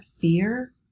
fear